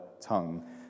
tongue